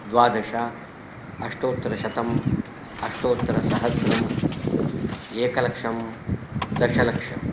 द्वादश अष्टोत्तरशतम् अष्टोत्तरसहस्त्रम् एकलक्ष्यम् दशलक्षम्